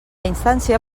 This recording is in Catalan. instància